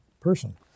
person